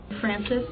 Francis